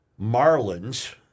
Marlins